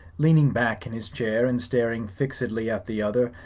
leaning back in his chair and staring fixedly at the other.